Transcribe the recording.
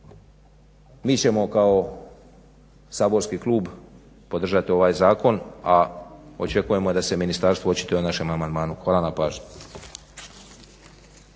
Mi ćemo kao saborski klub podržati ovaj zakon, a očekujemo da se ministarstvo očituje o našem amandmanu. Hvala na pažnji.